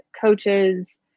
coaches